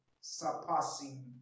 Surpassing